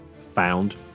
found